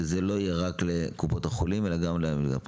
שזה לא יהיה רק לקופות החולים אלא גם לפרטיים.